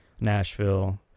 Nashville